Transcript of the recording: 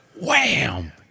wham